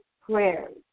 prayers